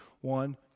One